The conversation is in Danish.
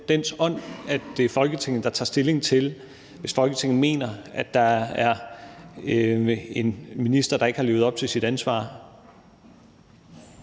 dens ånd, at det er Folketinget, der tager stilling, hvis Folketinget mener, at der er en minister, der ikke har levet op til sit ansvar.